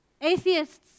Atheists